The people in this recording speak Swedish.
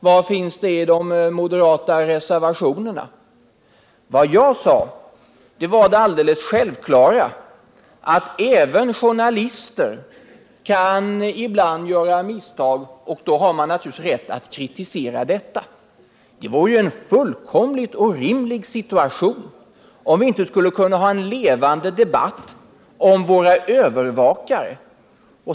Var finns de i de moderata reservationerna? Vad jag sade var det alldeles självklara att även journalister ibland kan göra misstag, och då har man naturligtvis rätt att kritisera detta. Det vore ju en fullkomligt orimlig situation om vi inte skulle kunna ha en levande debatt om våra övervakare.